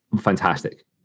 fantastic